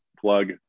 Plug